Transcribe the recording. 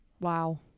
Wow